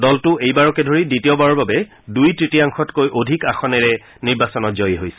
দলটো এইবাৰকে ধৰি দ্বিতীয়বাৰৰ বাবে দুই তৃতীয়াংশতকৈ অধিক আসনেৰে নিৰ্বাচনত জয়ী হৈছে